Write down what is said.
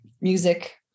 Music